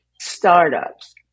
startups